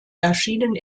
erschienen